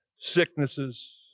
sicknesses